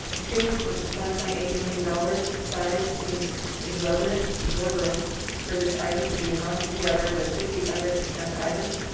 two, the one point eight million dollars size seems exorbitant exorbitant for this item to be lumped together with fifty other consent items.